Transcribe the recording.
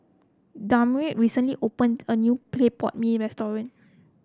Damari recently opened a new Clay Pot Mee restaurant